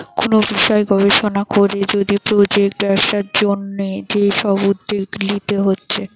কুনু বিষয় গবেষণা কোরে যদি প্রজেক্ট ব্যবসার জন্যে যে সব উদ্যোগ লিতে হচ্ছে